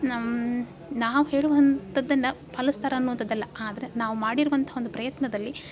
ನಮ್ಮ ನಾವು ಹೇಳುವಂಥದ್ದನ್ನು ಪಾಲಿಸ್ತಾರ ಅನ್ನುವಂಥದ್ದಲ್ಲ ಆದರೆ ನಾವು ಮಾಡಿರುವಂತಹ ಒಂದು ಪ್ರಯತ್ನದಲ್ಲಿ